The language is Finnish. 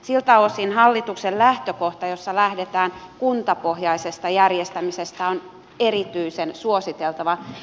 siltä osin hallituksen lähtökohta jossa lähdetään kuntapohjaisesta järjestämisestä on erityisen suositeltava